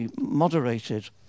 moderated